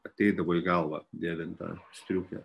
ateidavo į galvą dėvint tą striukę